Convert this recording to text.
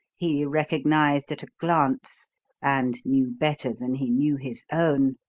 he recognized at a glance and knew better than he knew his own.